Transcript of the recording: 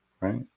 right